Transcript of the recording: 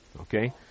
Okay